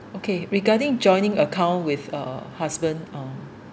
okay regarding joining account with uh husband uh